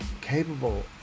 capable